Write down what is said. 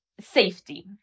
safety